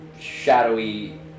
shadowy